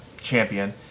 champion